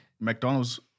McDonald's